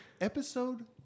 episode